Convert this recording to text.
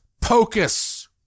pocus